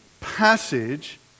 passage